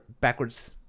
backwards